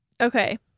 Okay